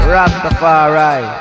Rastafari